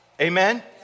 amen